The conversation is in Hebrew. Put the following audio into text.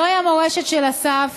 זוהי המורשת של אסף,